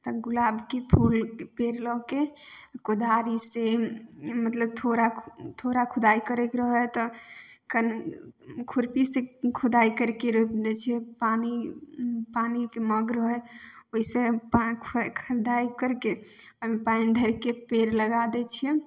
तऽ गुलाबके फूल पेड़ लऽके कोदारिसे मतलब थोड़ा थोड़ा खुदाइ करैके रहै हइ तऽ कन खुरपीसे खोदाइ करिके रोपि दै छिए पानी पानीके मग रहै हइ ओहिसे पा ख खोदाइ करिके ओहिमे पानि धरिके पेड़ लगा दै छिए